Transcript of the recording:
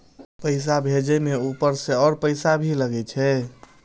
पैसा भेजे में ऊपर से और पैसा भी लगे छै?